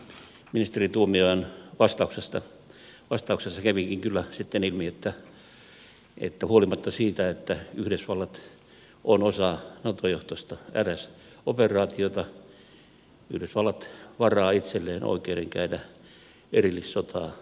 tässä ministeri tuomiojan vastauksessa kävikin kyllä sitten ilmi että huolimatta siitä että yhdysvallat on osa nato johtoista rs operaatiota yhdysvallat varaa itselleen oikeuden käydä erillissotaa afganistanissa